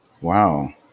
Wow